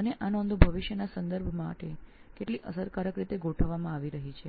અને આ નોંધો ભવિષ્યના સંદર્ભ માટે કેટલી અસરકારક રીતે ગોઠવવામાં આવી રહી છે